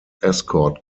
escort